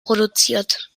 produziert